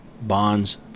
Bonds